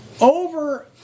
over